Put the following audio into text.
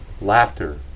Laughter